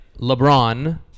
LeBron